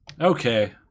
okay